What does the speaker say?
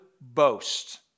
boast